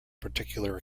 particular